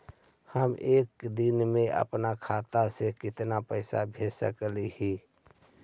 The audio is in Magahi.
हम एक दिन में अपन खाता से कितना पैसा भेज सक हिय?